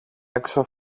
έξω